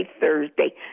Thursday